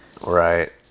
Right